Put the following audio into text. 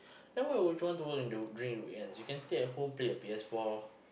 then why would want you want to work in the during the weekends you can stay at home play your P_S-four